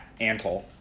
Antle